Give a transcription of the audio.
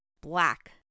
Black